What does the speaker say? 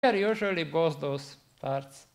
זה כמובן כל שני הדברים האלה.